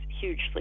hugely